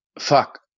Fuck